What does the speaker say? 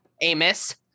Amos